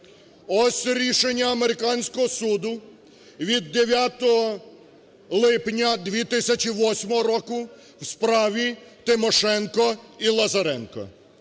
Ось рішення американського суду від 23 березня 2017 року в справі Тимошенко і Лазаренко.